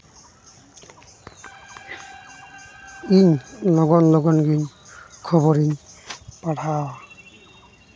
ᱤᱧ ᱱᱚᱵᱟᱱᱱᱚ ᱠᱷᱚᱱ ᱜᱤᱧ ᱠᱷᱚᱵᱚᱨᱤᱧ ᱯᱟᱲᱦᱟᱣᱟ